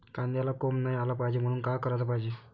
कांद्याला कोंब नाई आलं पायजे म्हनून का कराच पायजे?